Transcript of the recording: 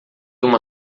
uma